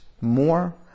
more